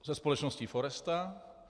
Se společností Foresta.